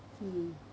mm